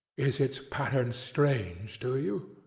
is its pattern strange to you?